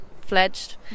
fledged